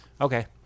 Okay